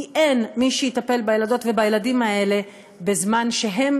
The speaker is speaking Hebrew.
כי אין מי שיטפל בילדות ובילדים האלה בזמן שהם